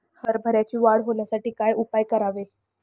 हरभऱ्याची वाढ होण्यासाठी काय उपाय करावे?